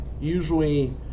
usually